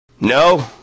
No